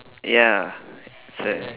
ya it's a